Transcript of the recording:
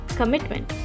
commitment।